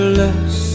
less